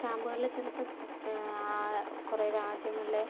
സ്റ്റാമ്പുകളിൽ ചിലപ്പം കുറെ രാജ്യങ്ങളിലെ